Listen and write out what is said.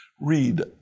read